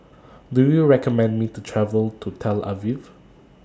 Do YOU recommend Me to travel to Tel Aviv